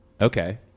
Okay